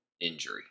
injury